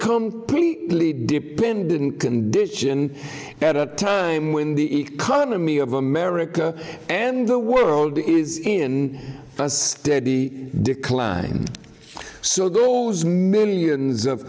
completely dependant condition at a time when the economy of america and the world is in less steady decline so those millions of